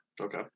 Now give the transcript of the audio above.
okay